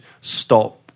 stop